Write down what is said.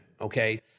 okay